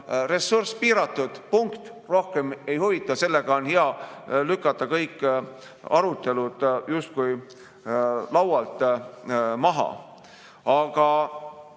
ressurss piiratud. Punkt. Rohkem ei huvita. Sellega on hea lükata kõik arutelud justkui laualt maha. Aga